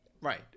Right